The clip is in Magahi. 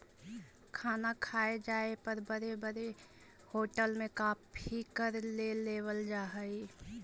खाना खाए जाए पर बड़े बड़े होटल में काफी कर ले लेवल जा हइ